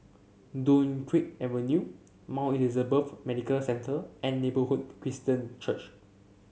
Dunkirk Avenue Mount Elizabeth Medical Centre and Neighbourhood Christian Church